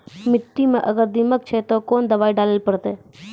मिट्टी मे अगर दीमक छै ते कोंन दवाई डाले ले परतय?